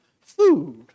food